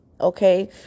Okay